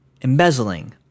embezzling